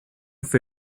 fue